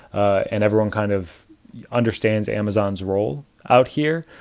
and everyone kind of understands amazon's role out here.